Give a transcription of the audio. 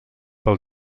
pel